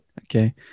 Okay